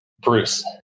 Bruce